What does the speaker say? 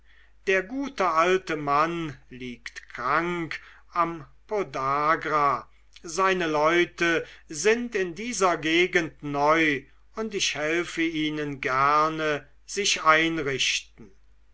der gute alte mann liegt krank am podagra seine leute sind in dieser gegend neu und ich helfe ihnen gerne sich einrichten